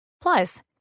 Plus